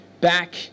back